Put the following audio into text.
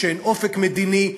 כשאין אופק מדיני,